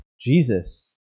Jesus